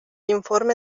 informe